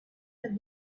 have